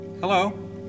Hello